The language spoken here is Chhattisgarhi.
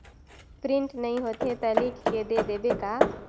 प्रिंट नइ होथे ता लिख के दे देबे का?